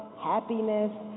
happiness